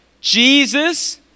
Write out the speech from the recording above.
Jesus